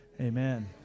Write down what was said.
amen